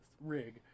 Rig